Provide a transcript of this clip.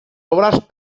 obres